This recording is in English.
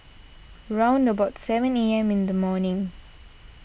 round about seven A M in the morning